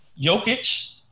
Jokic